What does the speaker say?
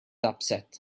upset